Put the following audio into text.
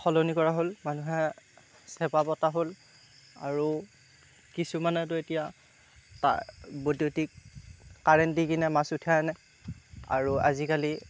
সলনি কৰা হ'ল মানুহে চেপা পতা হ'ল আৰু কিছুমানেটো এতিয়া তাঁৰ বৈদ্যুতিক কাৰেন্ট দি কিনে মাছ উঠাই আনে আৰু আজিকালি